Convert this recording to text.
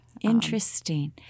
Interesting